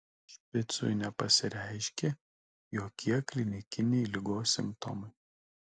špicui nepasireiškė jokie klinikiniai ligos simptomai